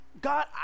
God